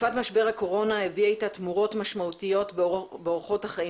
תקופת משבר הקורונה הביאה איתה תמורות משמעותיות באורחות החיים